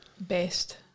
Best